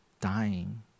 dying